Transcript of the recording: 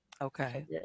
Okay